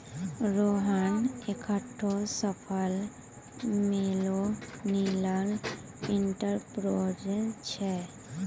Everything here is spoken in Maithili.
रोहन एकठो सफल मिलेनियल एंटरप्रेन्योर छै